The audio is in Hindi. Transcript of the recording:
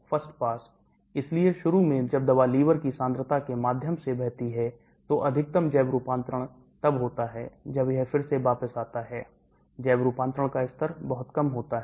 First pass इसलिए शुरू में जब दवा लीवर की सांद्रता के माध्यम से बहती है तो अधिकतम जैव रूपांतरण तब होता है जब यह फिर से वापस आता है जैव रूपांतरण का स्तर बहुत कम होता है